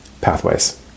pathways